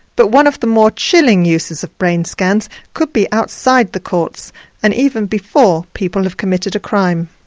but one of the more chilling uses of brain scans could be outside the courts and even before people have committed a crime.